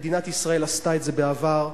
מדינת ישראל עשתה את זה בעבר,